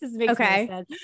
Okay